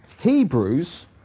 Hebrews